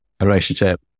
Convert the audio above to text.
relationship